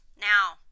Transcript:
Now